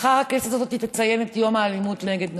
מחר הכנסת הזאת תציין את יום האלימות נגד נשים,